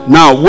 Now